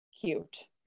cute